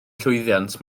llwyddiant